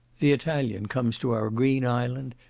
the italian comes to our green island,